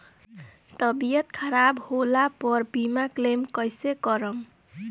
तबियत खराब होला पर बीमा क्लेम कैसे करम?